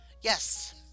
Yes